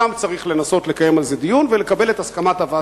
שם צריך לנסות לקיים על זה דיון ולקבל את הסכמת הוועדה,